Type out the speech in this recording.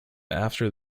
after